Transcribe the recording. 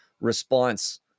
response